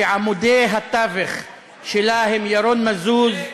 שעמודי התווך שלה הם ירון מזוז,